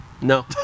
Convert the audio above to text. No